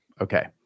Okay